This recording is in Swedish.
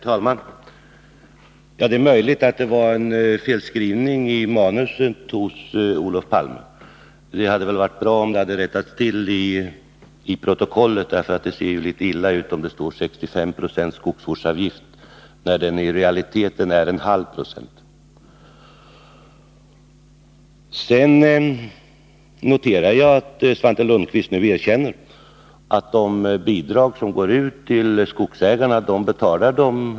Herr talman! Det är möjligt att det var en felskrivning i Olof Palmes manus. Det hade väl varit bra om det hade rättats till i protokollet, för det ser julitet illa ut om det står att skogsvårdsavgiften är 65 26, när den i realiteten är 0,5 9. Sedan noterar jag att Svante Lundkvist nu erkänner att skogsägarna själva betalar de bidrag som går ut till dem.